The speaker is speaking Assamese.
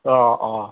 অঁ অঁ